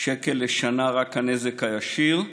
שקל לשנה, רק הנזק הישיר.